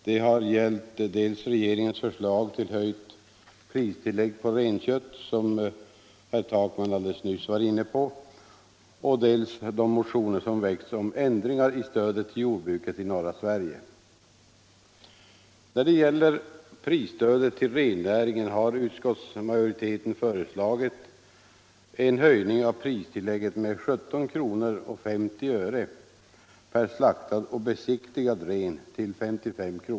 Det har gällt dels regeringens förslag till höjt pristillägg på renkött — som herr Takman alldeles nyss berörde —- dels de motioner som väckts om ändringar i stödet till jordbruket i norra Sverige. När det gäller prisstödet till rennäringen har utskottsmajoriteten föreslagit en höjning av pristillägget med 17:50 kr. till 55 kr. per slaktad och besiktigad ren.